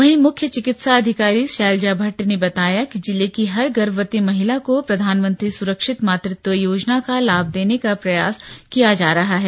वहीं मुख्य चिकित्सा अधिकारी शैलजा भट्ट ने बताया कि जिले की हर गर्भवती महिला को प्रधानमंत्री सुरक्षित मातृत्व योजना का लाभ देने का प्रयास किया जा रहा है